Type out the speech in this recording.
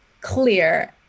clear